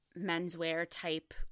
menswear-type